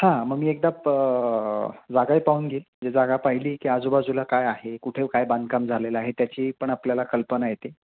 हां मग मी एकदा प जागाही पाहून घेईन जे जागा पाहिली की आजूबाजूला काय आहे कुठे काय बांधकाम झालेलं आहे त्याची पण आपल्याला कल्पना येते